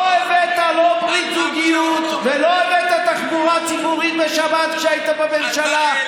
לא הבאת ברית זוגיות ולא הבאת תחבורה ציבורית בשבת כשהיית בממשלה,